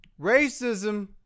Racism